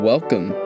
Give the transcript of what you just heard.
Welcome